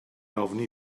ofni